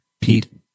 Pete